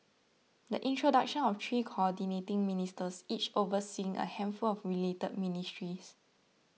the introduction of three Coordinating Ministers each overseeing a handful of related ministries